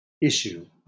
issue